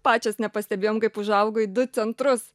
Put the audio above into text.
pačios nepastebėjom kaip užaugo į du centrus